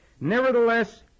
Nevertheless